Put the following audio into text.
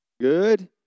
Good